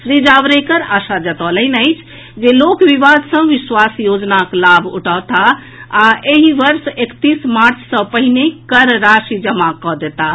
श्री जावड़ेकर आशा जतौलनि अछि जे लोक विवाद सॅ विश्वास योजनाक लाभ उठौताह आ एहि वर्ष एकतीस मार्च सॅ पहिने कर राशि जमा कऽ देताह